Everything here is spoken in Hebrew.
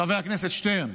חבר הכנסת שטרן,